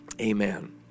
Amen